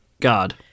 God